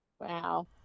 Wow